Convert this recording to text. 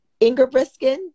Ingerbriskin